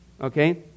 Okay